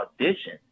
audition